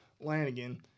Lanigan